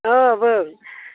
अ बुं